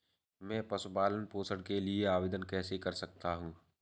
मैं पशु पालन पोषण के लिए आवेदन कैसे कर सकता हूँ?